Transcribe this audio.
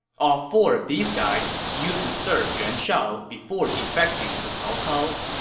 all four of these guys used to serve yuan shao before defecting to cao cao.